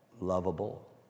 lovable